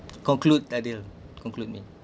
conclude adil conclude me